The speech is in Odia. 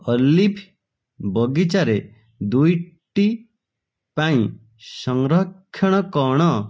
ଅଲିଭ୍ ବଗିଚାରେ ଦୁଇଟି ପାଇଁ ସଂରକ୍ଷଣ କଣ